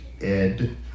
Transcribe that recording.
Ed